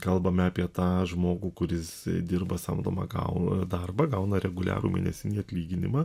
kalbame apie tą žmogų kuris dirba samdomą gau darbą gauna reguliarų mėnesinį atlyginimą